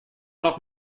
noch